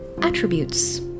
Attributes